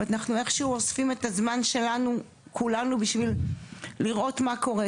זאת אומרת אנחנו איכשהו אוספים את זמן שלנו כולנו בשביל לראות מה קורה,